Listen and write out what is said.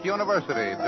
University